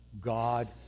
God